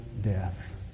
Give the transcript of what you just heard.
death